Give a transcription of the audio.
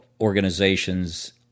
organizations